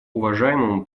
уважаемому